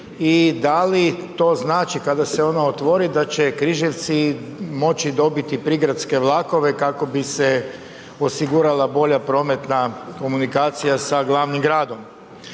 i da li to znači kada se ona otvori da će Križevci moći dobiti prigradske vlakove kako bi se osigurala bolja prometna komunikacija sa glavnim gradom?